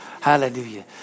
Hallelujah